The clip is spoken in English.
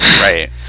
Right